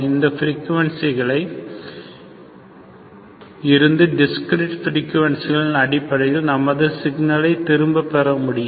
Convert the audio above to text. இந்த ஃப்பிரிகுவேசன்களை இருந்து டிஸ்கிரீட் ஃப்பிரிகுவேன்சிகள் அடிப்படையில் நமது சிக்னலை திரும்பவும் பெற முடியும்